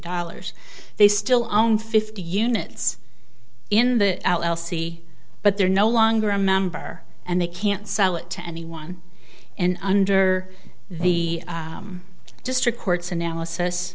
dollars they still own fifty units in the l c but they're no longer a member and they can't sell it to anyone and under the district courts analysis